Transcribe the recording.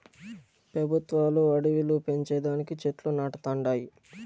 పెబుత్వాలు అడివిలు పెంచే దానికి చెట్లు నాటతండాయి